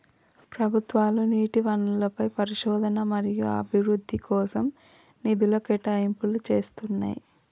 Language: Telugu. ప్రభుత్వాలు నీటి వనరులపై పరిశోధన మరియు అభివృద్ధి కోసం నిధుల కేటాయింపులు చేస్తున్నయ్యి